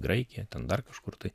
graikiją ten dar kažkur tai